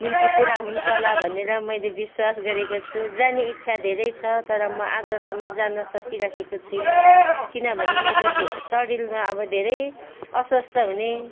निम्ति पुरा हुन्छ होला भनेर मैले विश्वास गरेको छु जाने इच्छा धेरै छ तर म आजसम्म जान सकिराखेको छुइनँ किनभने मेरो शरीरमा अब धेरै अस्वस्थ हुने